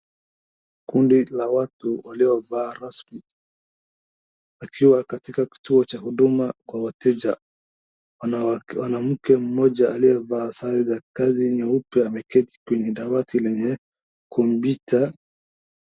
Kundi la watu waliovaa rasmi wakiwa katika kituo cha huduma kwa wateja. Mwanamke mmoja aliyevaa sare za kazi nyeupe ameketi kwenye dawati lenye kompyuta.